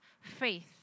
faith